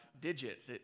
digits